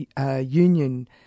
union